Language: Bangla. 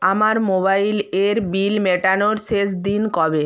আমার মোবাইল এর বিল মেটানোর শেষ দিন কবে